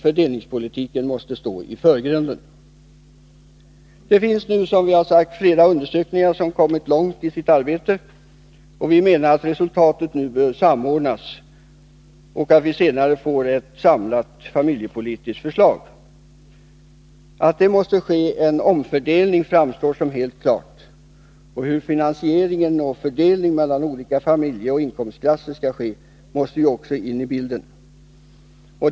Fördelningspolitiken måste stå i förgrunden. Det finns nu, som vi har nämnt, flera undersökningar som kommit långt i sitt arbete. Vi menar att resultaten nu bör samordnas så att vi senare får ett samlat familjepolitiskt förslag. Att det måste ske en omfördelning framstår som helt klart. Hur finansieringen och fördelningen mellan olika familjeoch inkomstklasser skall ske måste ju också in i bilden.